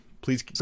please